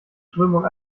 strömung